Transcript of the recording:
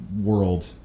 world